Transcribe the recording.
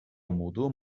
umudu